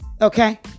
Okay